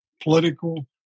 political